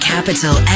Capital